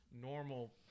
normal